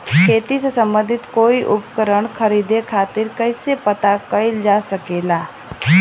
खेती से सम्बन्धित कोई उपकरण खरीदे खातीर कइसे पता करल जा सकेला?